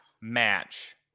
match